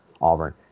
Auburn